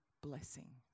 blessing